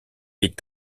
est